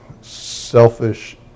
selfish